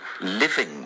living